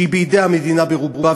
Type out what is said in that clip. שהיא בידי המדינה ברובה,